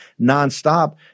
nonstop